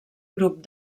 grup